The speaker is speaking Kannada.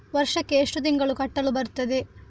ವರ್ಷಕ್ಕೆ ಎಷ್ಟು ತಿಂಗಳು ಕಟ್ಟಲು ಬರುತ್ತದೆ?